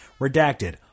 redacted